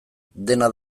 dena